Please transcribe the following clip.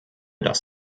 dass